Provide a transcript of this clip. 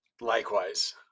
Likewise